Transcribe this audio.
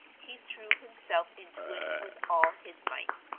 he threw himself into it with all his might.